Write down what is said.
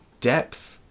depth